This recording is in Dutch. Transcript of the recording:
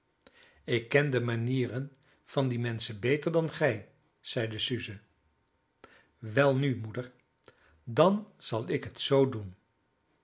ik ken de manieren van die menschen beter dan gij zeide suze welnu moeder dan zal ik het zoo doen